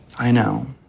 i know.